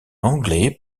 anglais